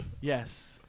Yes